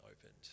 opened